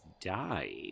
died